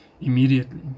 immediately